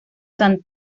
san